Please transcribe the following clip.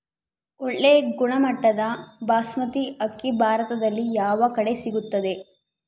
ಒಳ್ಳೆ ಗುಣಮಟ್ಟದ ಬಾಸ್ಮತಿ ಅಕ್ಕಿ ಭಾರತದಲ್ಲಿ ಯಾವ ಕಡೆ ಸಿಗುತ್ತದೆ?